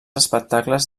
espectacles